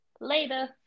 later